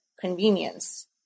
convenience